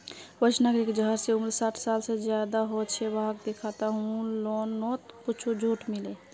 वरिष्ठ नागरिक जहार उम्र साठ साल से ज्यादा हो छे वाहक दिखाता हुए लोननोत कुछ झूट मिले